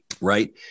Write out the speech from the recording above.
right